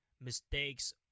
mistakes